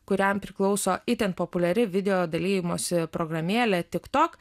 kuriam priklauso itin populiari video dalijimosi programėlė tik tok